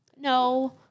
No